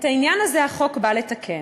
את העניין הזה החוק בא לתקן.